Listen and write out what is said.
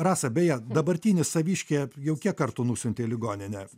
rasa beje dabartinis saviškėje jau kiek kartų nusiuntei į ligoninę